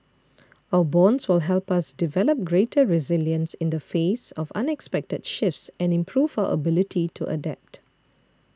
our bonds will help us develop greater resilience in the face of unexpected shifts and improve our ability to adapt